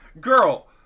girl